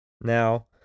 Now